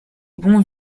bon